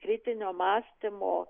kritinio mąstymo